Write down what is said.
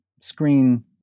screen